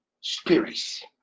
spirits